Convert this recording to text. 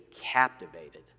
captivated